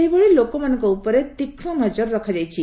ସେହିଭଳି ଲୋକମାନଙ୍କ ଉପରେ ତୀକ୍ଷ୍ମ ନଜର ରଖାଯାଇଛି